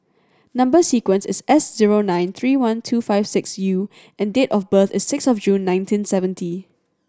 number sequence is S zero nine three one two five six U and date of birth is six of June nineteen seventy